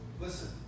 listen